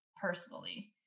personally